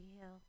hill